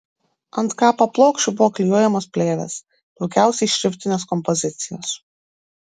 ant kapa plokščių buvo klijuojamos plėvės daugiausiai šriftinės kompozicijos